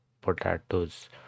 potatoes